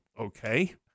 okay